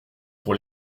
pour